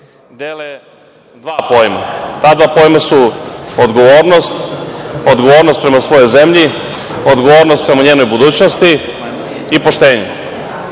dele dva pojma. Ta dva pojma su odgovornost, odgovornost prema svojoj zemlji, odgovornost prema njenoj budućnosti i poštenje,